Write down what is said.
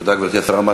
תודה, גברתי השרה.